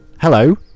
hello